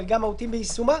גם לצרכים,